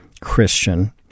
Christian